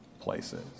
places